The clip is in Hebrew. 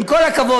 עם כל הכבוד,